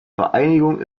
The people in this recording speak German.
vereinigung